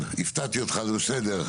אני אומר שוב, לא היית כאן בתחילת